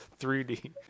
3D